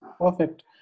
Perfect